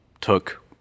took